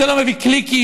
זה לא מביא קליקים,